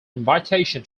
invitation